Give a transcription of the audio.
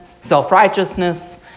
self-righteousness